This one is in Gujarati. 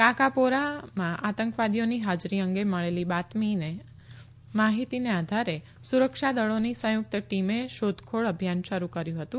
કાકાપોરામાં આતંકવાદીઓની હાજરી અંગે મળેલી બાતમી માહિતીને આધારે સુરક્ષા દળોની સંયુક્ત ટીમે શોધખોળ અભિયાન શરૂ કર્યું હતું